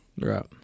Right